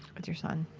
with your son